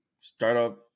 startup